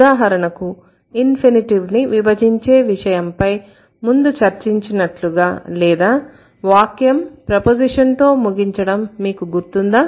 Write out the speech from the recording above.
ఉదాహరణకు ఇన్ఫినిటీవ్ ని విభజించే విషయంపై ముందు చర్చించినట్లుగా లేదా వాక్యం ప్రపొజిషన్ తో ముగించడం మీకు గుర్తుందా